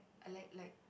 I like like